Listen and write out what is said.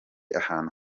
ahantu